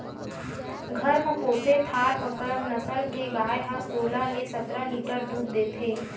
घर म पोसे थारपकर नसल के गाय ह सोलह ले सतरा लीटर दूद देथे